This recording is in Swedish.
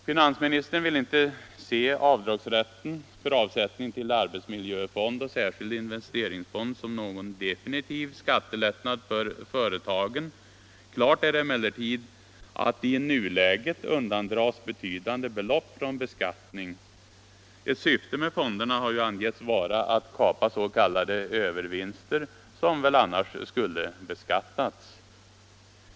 Finansministern vill inte se avdragsrätten för avsättning till arbetsmiljöfond och särskild investeringsfond som någon definitiv skattelättnad för företagen. Klart är emellertid att i nuläget undandras betydande belopp från beskattning. Ett syfte med fonderna har angetts vara att kapa s.k. övervinster, som annars skulle beskattas.